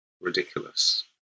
ridiculous